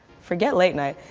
forget late-night.